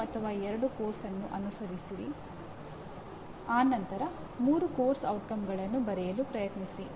ಆದರೆ ಅನೇಕ ಬಾರಿ ಅವುಗಳನ್ನು ಸ್ವಲ್ಪ ವಿನಿಮಯವಾಗಿ ಅಥವಾ ಅಸ್ಪಷ್ಟವಾಗಿ ಬಳಸಲಾಗುತ್ತದೆ